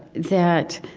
that,